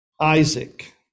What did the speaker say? isaac